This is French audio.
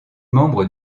membre